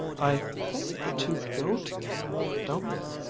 i think the two go together, don't they?